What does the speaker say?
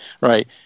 right